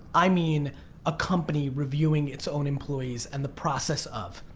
i mean a company reviewing it's own employees and the process of.